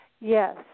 Yes